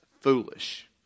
foolish